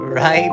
Right